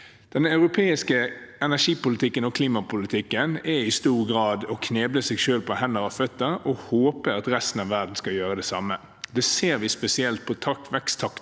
Den europeiske energipolitikken og klimapolitikken er i stor grad å kneble seg selv på hender og føtter og håpe at resten av verden skal gjøre det samme. Det ser vi spesielt på veksttakten